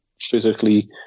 physically